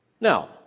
Now